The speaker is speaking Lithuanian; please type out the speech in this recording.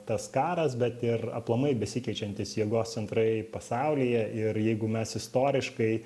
tas karas bet ir aplamai besikeičiantys jėgos centrai pasaulyje ir jeigu mes istoriškai